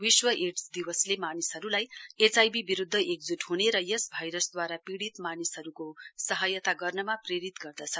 विश्व एङ्स दिवसले मानिसहरूलाई एचआईभी विरूद्ध एकज्ट ह्ने र यस भाइरसद्वारा पीडित मानिसहरूको सहायता गर्नमा प्रेरित गर्दछ